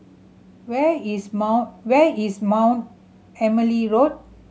where is Mount where is Mount Emily Road